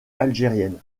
algériennes